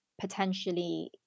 potentially